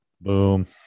Boom